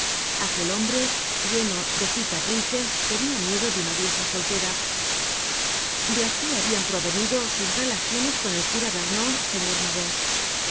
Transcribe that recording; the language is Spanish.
aquel hombre lleno de cicatrices tenia miedo de una vieja soltera de aquí habian provenido sus relaciones con el cura de vernon señor mabeuf